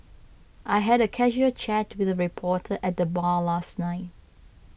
I had a casual chat with a reporter at the bar last night